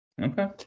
Okay